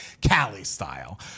Cali-style